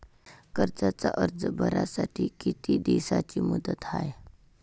कर्जाचा अर्ज भरासाठी किती दिसाची मुदत हाय?